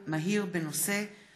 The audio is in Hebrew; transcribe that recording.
ברשות יושב-ראש הכנסת,